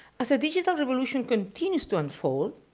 as the digital revolution continues to unfold,